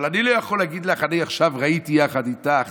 אבל אני לא יכול להגיד לך: עכשיו ראיתי יחד איתך.